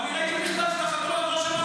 אני ראיתי מכתב שאתה חתום עליו,